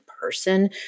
person